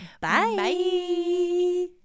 Bye